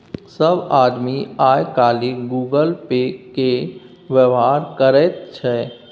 सभ आदमी आय काल्हि गूगल पे केर व्यवहार करैत छै